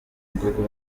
google